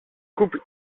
couples